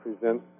present